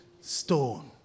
stone